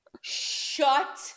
Shut